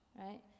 right